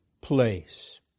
place